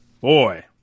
Boy